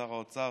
שר האוצר,